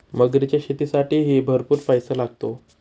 मगरीच्या शेतीसाठीही भरपूर पैसा लागतो